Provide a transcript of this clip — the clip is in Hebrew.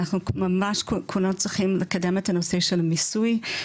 אנחנו ממש כולנו צריכים לקדם את הנושא של מיסוי,